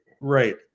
right